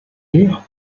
lire